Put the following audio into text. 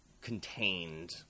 contained